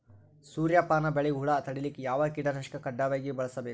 ಸೂರ್ಯಪಾನ ಬೆಳಿಗ ಹುಳ ತಡಿಲಿಕ ಯಾವ ಕೀಟನಾಶಕ ಕಡ್ಡಾಯವಾಗಿ ಬಳಸಬೇಕು?